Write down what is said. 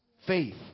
faith